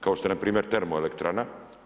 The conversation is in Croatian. Kao što je npr. termoelektrana.